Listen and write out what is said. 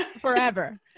forever